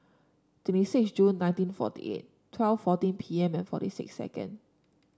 twenty six June nineteen forty eight twelve fourteen P M and forty six second